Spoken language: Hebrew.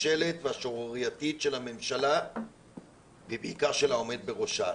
הכושלת והשערורייתית של הממשלה ובעיקר של העומד בראשה.